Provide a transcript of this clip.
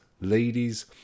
ladies